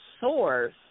source